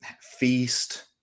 feast